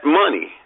money